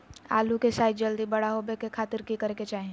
आलू के साइज जल्दी बड़ा होबे के खातिर की करे के चाही?